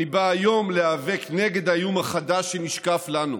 אני בא היום להיאבק נגד האיום החדש שנשקף לנו,